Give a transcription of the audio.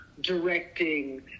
directing